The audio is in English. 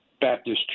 Baptist